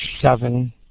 seven